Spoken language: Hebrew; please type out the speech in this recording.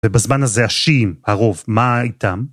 ובזמן הזה השיעים, הרוב, מה איתם?